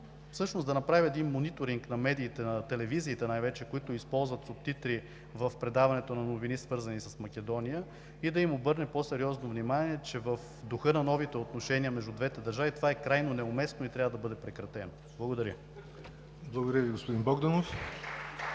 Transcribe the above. медии да направи мониторинг на медиите, на телевизиите най-вече, които използват субтитри в предаването на новини, свързани с Македония, и да им обърне по-сериозно внимание, че в духа на новите отношения между двете държави това е крайно неуместно и трябва да бъде прекратено. Благодаря. (Ръкопляскания от